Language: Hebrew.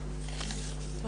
רונן.